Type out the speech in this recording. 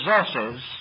possesses